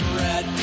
red